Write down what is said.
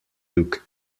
took